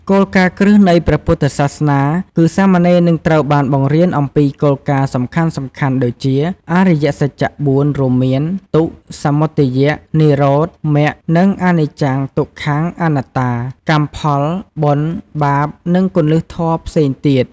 គោលការណ៍គ្រឹះនៃព្រះពុទ្ធសាសនា គឺសាមណេរនឹងត្រូវបានបង្រៀនអំពីគោលការណ៍សំខាន់ៗដូចជា អរិយសច្ច ៤ រួមមាន ទុក្ខ សមុទ័យ និរោធ មគ្គ និង អនិច្ចំ ទុក្ខំ អនត្តា កម្មផល បុណ្យ បាប និងគន្លឹះធម៌ផ្សេងទៀត។